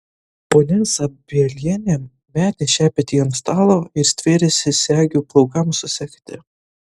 ponia zabielienė metė šepetį ant stalo ir stvėrėsi segių plaukams susegti